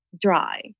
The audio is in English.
dry